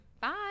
bye